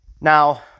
Now